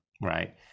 right